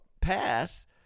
pass